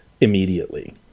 immediately